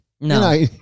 No